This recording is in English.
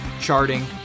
charting